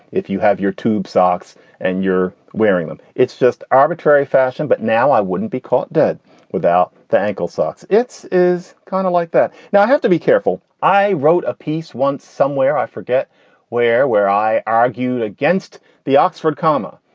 if you have your tube socks and you're wearing them? it's just arbitrary fashion. but now i wouldn't be caught dead without the ankle socks. it's is kind of like that. now, i have to be careful. i wrote a piece once somewhere. i forget where where i argued against the oxford comma.